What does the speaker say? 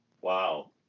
Wow